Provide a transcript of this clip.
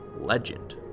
legend